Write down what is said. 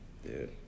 Dude